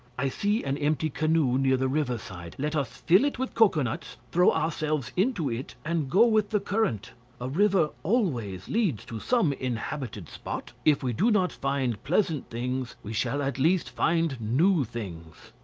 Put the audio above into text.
i see an empty canoe near the river-side let us fill it with cocoanuts, throw ourselves into it, and go with the current a river always leads to some inhabited spot. if we do not find pleasant things we shall at least find new things.